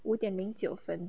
五点零九分